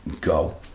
go